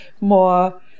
more